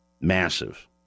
Massive